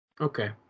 Okay